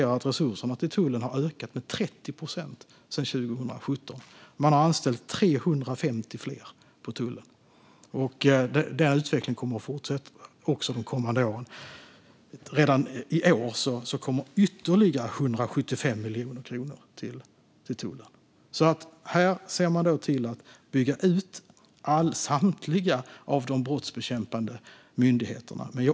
Resurserna till tullen har faktiskt ökat med 30 procent sedan 2017. Man har anställt 350 fler på tullen, och utvecklingen kommer att fortsätta under kommande år. Redan i år kommer ytterligare 175 miljoner kronor till tullen. Vi bygger alltså ut samtliga brottsbekämpande myndigheter.